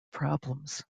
problems